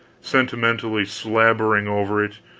sentimentally slabbering over it,